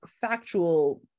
factual